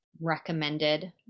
recommended